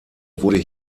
wurde